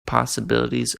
possibilities